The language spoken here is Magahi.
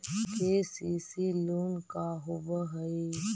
के.सी.सी लोन का होब हइ?